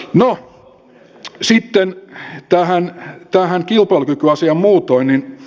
no sitten tähän kilpailukykyasiaan muutoin